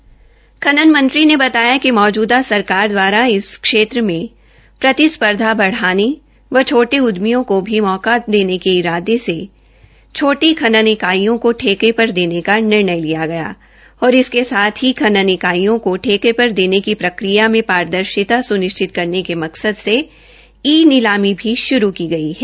खनन एवं भू विभन मंत्री ने बताया कि मौजूदा सराकर दवारा इस क्षेत्र मे प्रतिस्पर्धा बढ़ाने व छो उद्यमियों को भी मौका देने के इरादे से छोटी खनन इकायर्यो को ठेके पर देने का निर्णय लिया गया है औश्र इसके साथ् ही खनन इकाइयो को पट्टे या ठेके पर देने की प्रक्रिया में पारदर्शिता सुनिश्चित करेन के मकसद से ई नीलामी भी शुरू की गई है